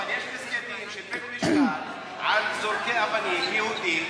אבל יש פסקי-דין של בית-משפט על זורקי אבנים יהודים,